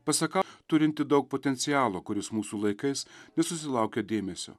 pasaka turinti daug potencialo kuris mūsų laikais nesusilaukia dėmesio